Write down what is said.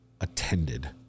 attended